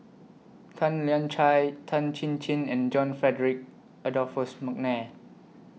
Tan Lian Chye Tan Chin Chin and John Frederick Adolphus Mcnair